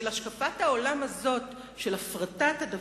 לטובת השקפת העולם הזאת הסוגדת להפרטות עד כדי